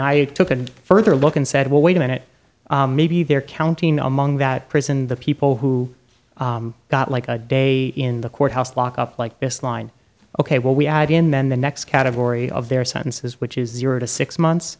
i took and further look and said well wait a minute maybe they're counting among that prison the people who got like a day in the courthouse lockup like this line ok well we had in men the next category of their sentences which is zero to six months